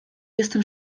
jestem